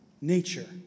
nature